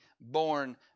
born